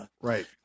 Right